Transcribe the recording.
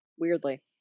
Weirdly